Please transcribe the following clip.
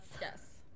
Yes